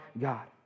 God